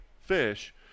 fish